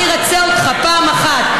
מה ירצה אותך פעם אחת?